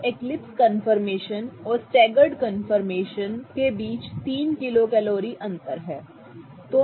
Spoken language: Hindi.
तो एक्लिप्स कन्फर्मेशन और स्टेगर्ड कंफर्मेशन के बीच 3 किलो कैलोरी अंतर है ठीक है